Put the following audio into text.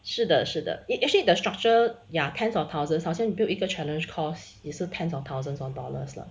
是的是的 it actually the structure ya tens of thousands 好像 built 一个 challenge course 也是 thousands of dollars 了